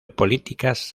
políticas